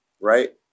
right